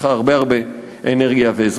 שצריכה הרבה הרבה אנרגיה ועזרה.